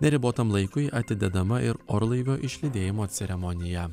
neribotam laikui atidedama ir orlaivio išlydėjimo ceremonija